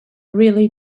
really